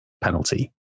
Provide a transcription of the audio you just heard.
penalty